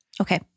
Okay